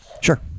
Sure